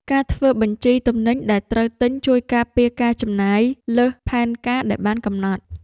ការធ្វើបញ្ជីទំនិញដែលត្រូវទិញជួយការពារការចំណាយលើសផែនការដែលបានកំណត់។